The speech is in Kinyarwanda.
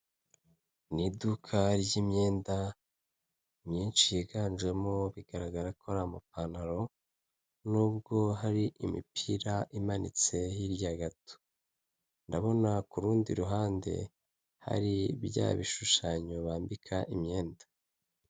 Ipoto rishinze iruhande rw'umuhanda, hejuru hariho itara ndetse n'insinga zijyana amashanyarazi ahandi munsi, hari umugabo uri gutambuka wambaye umupira n'ipantaro y'umukara.